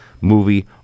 movie